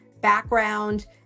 background